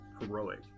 heroic